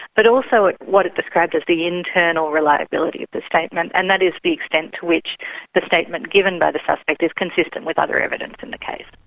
but also what it described as the internal reliability of the statement, and that is the extent to which the but statement given by the suspect is consistent with other evidence in the case.